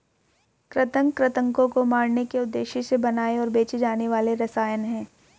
कृंतक कृन्तकों को मारने के उद्देश्य से बनाए और बेचे जाने वाले रसायन हैं